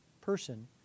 person